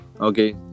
okay